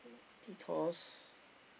because